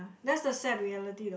that's a sad reality though